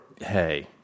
Hey